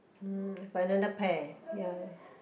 mm got another pair ya